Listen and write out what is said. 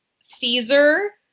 Caesar